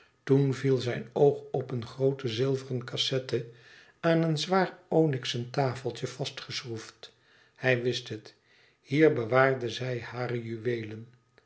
toen viel zijn oog op een groote zilveren cassette aan een zwaar onyxen tafeltje vastgeschroefd hij wist het hier bewaarde zij hare juweelen